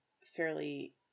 fairly